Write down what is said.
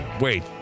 Wait